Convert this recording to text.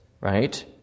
right